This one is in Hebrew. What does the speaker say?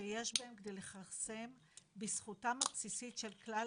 שיש בהן כדי לכרסם בזכותם הבסיסית של כלל